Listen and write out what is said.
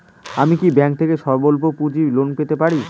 আমি কি ব্যাংক থেকে স্বল্প পুঁজির লোন পেতে পারি?